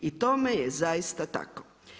I tom je zaista tako.